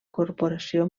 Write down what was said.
corporació